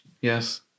Yes